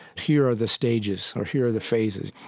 here are the stages, or here are the phases.